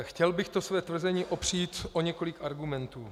Chtěl bych své tvrzení opřít o několik argumentů.